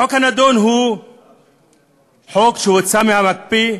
החוק הנדון הוא חוק שהוצא מהמקפיא,